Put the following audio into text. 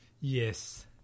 yes